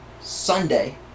Sunday